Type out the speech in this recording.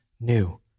new